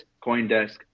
Coindesk